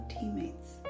teammates